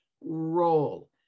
role